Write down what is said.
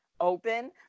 open